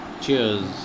Cheers